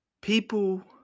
People